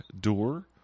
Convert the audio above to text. door